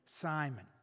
Simon